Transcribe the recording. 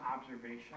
observation